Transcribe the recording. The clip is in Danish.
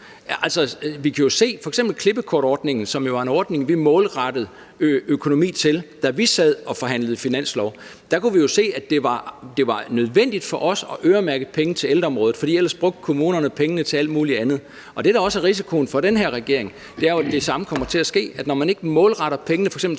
Altså, vi kunne jo se med f.eks. klippekortsordningen, som var en ordning, vi målrettede økonomi til, da vi sad og forhandlede finanslov, at det var nødvendigt for os at øremærke penge til ældreområdet, for ellers brugte kommunerne pengene til alt muligt andet. Det, der også er risikoen for den her regering, er, at det samme kommer til at ske. Når man ikke målretter pengene f.eks.